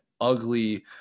ugly